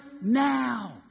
now